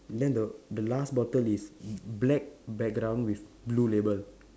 then the the last bottle is b~ black background with blue label